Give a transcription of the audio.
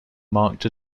marked